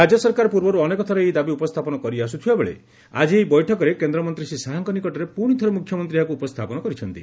ରାଜ୍ୟ ସରକାର ପୂର୍ବରୁ ଅନେକଥର ଏହି ଦାବି ଉପସ୍ତାପନ କରିଆସ୍ତିଥିବାବେଳେ ଆକି ଏହି ବୈଠକରେ କେନ୍ଦ୍ରମନ୍ତୀ ଶ୍ରୀ ଶାହାଙ୍କ ନିକଟରେ ପୁଶି ଥରେ ମୁଖ୍ୟମନ୍ତୀ ଏହାକୁ ଉପସ୍ଥାପନ କରିଛନ୍ତି